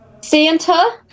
Santa